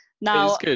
Now